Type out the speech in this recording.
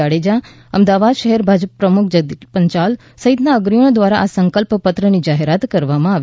જાડેજા અમદાવાદ શહેર ભાજપ પ્રમુખ જગદીશ પંચાલ સહિત અગ્રણીઓ દ્વારા આ સંકલ્પ પત્રની જાહેરાત કરવામાં આવી